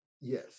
Yes